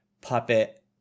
puppet